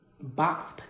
box